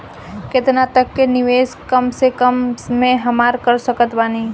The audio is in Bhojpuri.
केतना तक के निवेश कम से कम मे हम कर सकत बानी?